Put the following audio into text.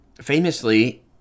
famously